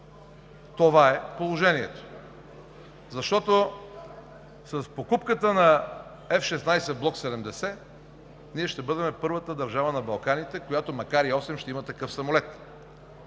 това е положението, защото с покупката на F-16 Block 70 ние ще бъдем първата държава на Балканите, която ще има, макар и осем, такива самолети.